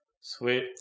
Sweet